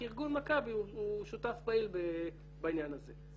כי ארגון מכבי הוא שותף פעיל בעניין הזה.